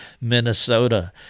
Minnesota